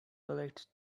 collects